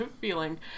feeling